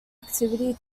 activity